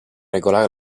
regolare